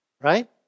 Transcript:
right